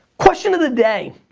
question of the day.